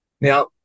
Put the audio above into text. Now